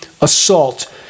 assault